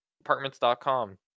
apartments.com